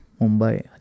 Mumbai